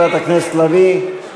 חברת הכנסת לביא,